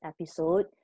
episode